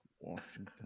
washington